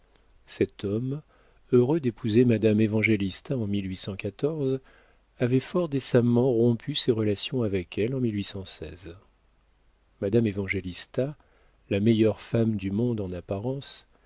cet homme heureux d'épouser madame évangélista en avait fort décemment rompu ses relations avec elle en mme évangiles a la meilleure femme du monde en apparence